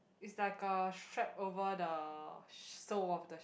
it's like a strap over the sole of the shoe